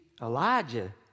Elijah